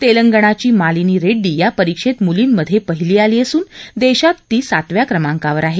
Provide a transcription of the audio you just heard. तेलंगणाची मालिनी रेड्डी या परीक्षत मूलींमध्ये पहिली आली असून देशात ती सातव्या क्रमांकावर आहे